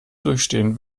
durchstehen